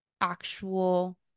actual